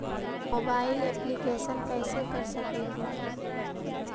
Mobile application कैसे कर सकेली?